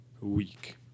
week